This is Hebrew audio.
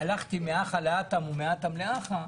והלכתי מהכא להתם ומהתם להכא.